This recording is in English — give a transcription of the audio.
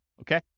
Okay